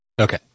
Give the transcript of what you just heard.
Okay